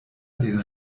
den